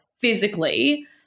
physically